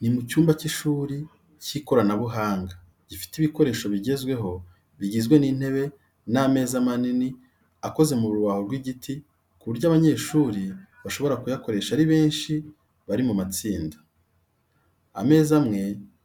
Ni mu cyumba cy’ishuri cy’ikoranabuhanga gifite ibikoresho bigezweho bigizwe n'intebe n'ameza manini akoze mu rubaho rw'igiti, ku buryo abanyeshuri bashobora kuyakoresha ari benshi bari mu matsinda. Ameza amwe